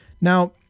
Now